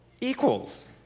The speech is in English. equals